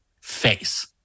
face